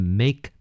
make